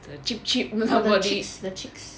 the cheap cheap body